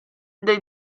dei